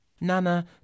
Nana